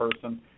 person